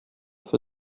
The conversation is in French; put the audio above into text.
feu